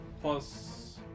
plus